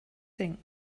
thing